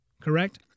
Correct